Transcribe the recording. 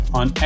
on